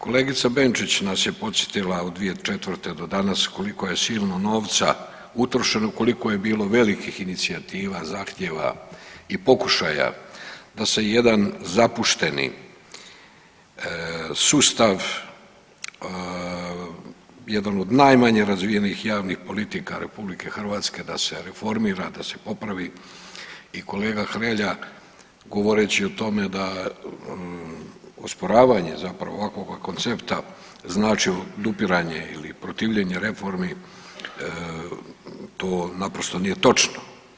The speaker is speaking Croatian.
Kolegica Benčić nas je podsjetila od 2004. do danas koliko je silno novca utrošeno, koliko je bilo velikih inicijativa, zahtjeva i pokušaja da se jedan zapušteni sustav, jedan od najmanje razvijenih javnih politika RH da se reformira, da se popravi i kolega Hrelja govoreći o tome da osporavanje zapravo ovakvoga koncepta znači odupiranje ili protivljenje reformi, to naprosto nije točno.